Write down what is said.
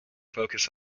focus